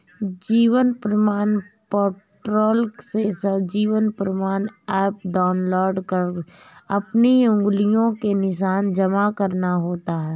जीवन प्रमाण पोर्टल से जीवन प्रमाण एप डाउनलोड कर अपनी उंगलियों के निशान जमा करना होता है